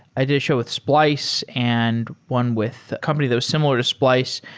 i did a show with splice and one with a company that was similar to splice,